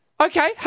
Okay